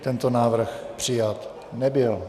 Tento návrh přijat nebyl.